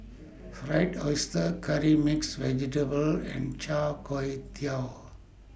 Fried Oyster Curry Mixed Vegetable and Char Kway Teow